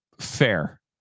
fair